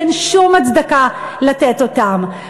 שאין שום הצדקה לתת אותם.